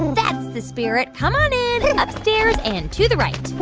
that's the spirit. come on in upstairs and to the right